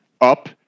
up